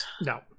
No